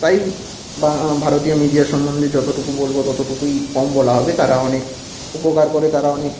তাই ভারতীয় মিডিয়া সম্বন্ধে যতটুকু বলবো ততটুকুই কম বলা হবে তারা অনেক উপকার করে তারা অনেক